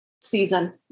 season